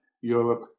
Europe